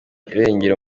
irengero